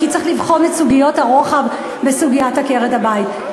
כי צריך לבחון את סוגיות הרוחב בסוגיית עקרת-הבית.